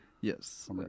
Yes